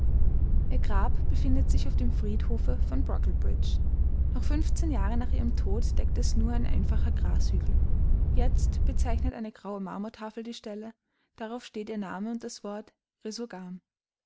ihr grab befindet sich auf dem friedhofe von brocklebridge noch fünfzehn jahre nach ihrem tode deckte es nur ein einfacher grashügel jetzt bezeichnet eine graue marmortafel die stelle darauf steht ihr name und das wort resurgam